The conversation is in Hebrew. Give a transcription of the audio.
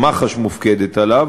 שמח"ש מופקדת עליו,